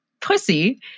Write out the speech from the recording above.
pussy